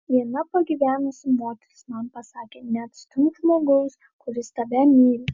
viena pagyvenusi moteris man pasakė neatstumk žmogaus kuris tave myli